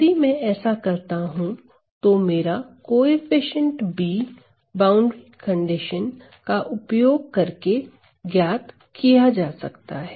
यदि मैं ऐसा करता हूं तो मेरा कोएफ़िशिएंट B बाउंड्री कंडीशन का उपयोग करके ज्ञात किया जा सकता है